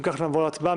אם כך נעבור להצבעה.